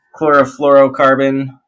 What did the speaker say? chlorofluorocarbon